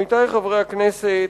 עמיתי חברי הכנסת,